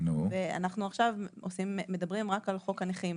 ואנחנו עכשיו מדברים רק על חוק הנכים,